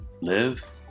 live